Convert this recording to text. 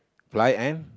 fly and